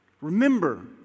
Remember